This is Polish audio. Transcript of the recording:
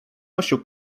nością